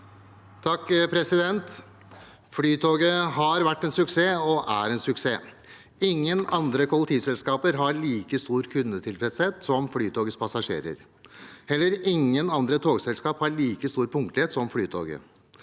(FrP) Flytoget har vært en suksess og er en suksess. Ingen andre kollektivselskaper har like stor kundetilfredshet som Flytogets passasjerer. Heller ingen andre togselskaper har like stor punktlighet som Flytoget.